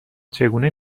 چگونه